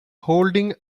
holding